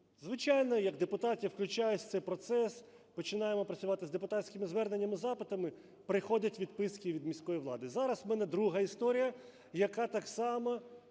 Звичайно, як депутат включаєшся в цей процес, починаємо працювати з депутатськими зверненнями і запитами – приходять відписки від міської влади. Зараз у мене друга історія, яка так само